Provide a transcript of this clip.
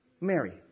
Mary